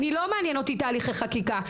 לא מעניין אותי תהליכי חקיקה.